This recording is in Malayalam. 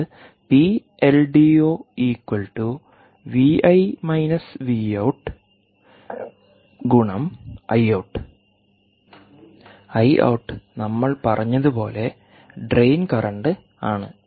ഇത് PLDO Iout P L D O V I V out I out I out നമ്മൾ പറഞ്ഞതുപോലെ ഡ്രെയിൻ കറന്റ് ആണ്